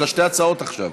יש לה שתי הצעות עכשיו.